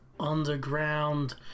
underground